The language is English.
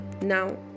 now